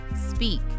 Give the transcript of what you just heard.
speak